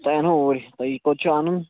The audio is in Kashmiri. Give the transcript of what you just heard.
تۄہہِ اَنہو اوٗرۍ تۄہہِ کوٚت چھُ اَنُن